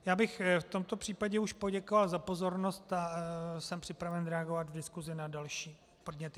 Já bych v tomto případě už poděkoval za pozornost a jsem připraven reagovat v diskusi na další podněty.